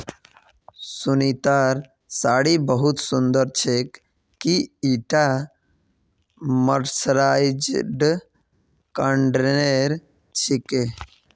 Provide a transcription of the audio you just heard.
सुनीतार साड़ी बहुत सुंदर छेक, की ईटा मर्सराइज्ड कॉटनेर छिके